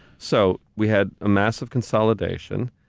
so we had a massive consolidation,